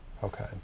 Okay